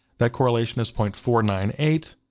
that correlation is point four nine eight,